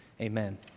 Amen